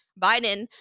biden